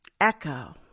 echo